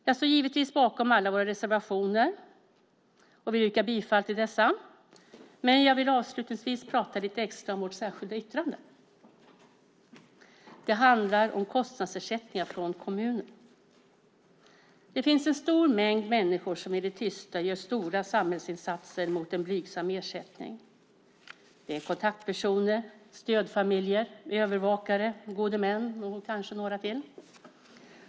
Jag står givetvis bakom alla våra reservationer och yrkar bifall till dessa, men jag vill avslutningsvis prata lite extra om vårt särskilda yttrande. Det handlar om kostnadsersättningar från kommunen. Det finns en stor mängd människor som i det tysta gör stora samhällsinsatser mot en blygsam ersättning. Det är kontaktpersoner, stödfamiljer, övervakare, gode män och kanske några till.